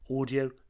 audio